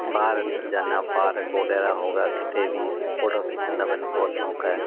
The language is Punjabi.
ਬਾਹਰ ਅੰਦਰ ਜਾਂਦਾ ਪਾਰਕ ਵਗੈਰਾ ਹੋ ਗਿਆ ਕਿਤੇ ਵੀ ਅਸੀਂ ਫੋਟੋ ਖਿੱਚਣ ਦਾ ਮੈਨੂੰ ਬਹੁਤ ਸ਼ੌਂਕ ਹੈ